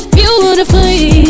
beautifully